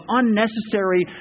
unnecessary